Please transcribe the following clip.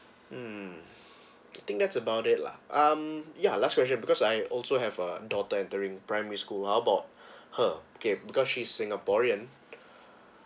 mm I think that's about it lah um ya last question because I also have a daughter entering primary school how about her okay because she's singaporean